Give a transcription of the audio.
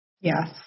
Yes